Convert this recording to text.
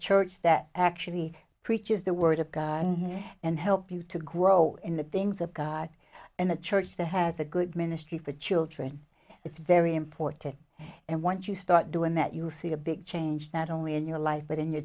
church that actually preaches the word of god and help you to grow in the things of god and a church that has a good ministry for children it's very important and once you start doing that you see a big change not only in your life but in your